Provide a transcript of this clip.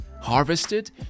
harvested